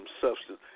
substance